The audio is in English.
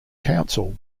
council